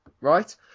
Right